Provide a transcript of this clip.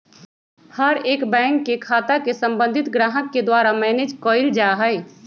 हर एक बैंक के खाता के सम्बन्धित ग्राहक के द्वारा मैनेज कइल जा हई